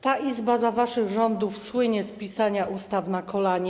Ta Izba za waszych rządów słynie z pisania ustaw na kolanie.